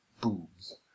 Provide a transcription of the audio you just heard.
boobs